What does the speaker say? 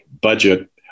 budget